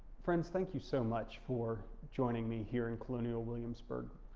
friends, thank you so much for joining me here in colonial williamsburg.